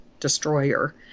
destroyer